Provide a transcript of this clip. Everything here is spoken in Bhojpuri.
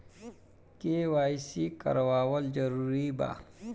के.वाइ.सी करवावल जरूरी बा?